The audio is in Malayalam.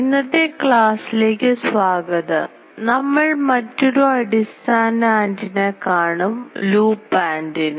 ഇന്നത്തെ ക്ലാസിലേക്കു സ്വാഗതംനമ്മൾ മറ്റൊരു അടിസ്ഥാന ആൻറിന കാണും ലൂപ്പ് ആൻറിന